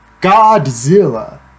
Godzilla